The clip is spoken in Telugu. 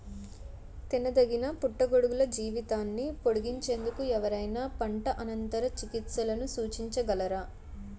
తినదగిన పుట్టగొడుగుల జీవితాన్ని పొడిగించేందుకు ఎవరైనా పంట అనంతర చికిత్సలను సూచించగలరా?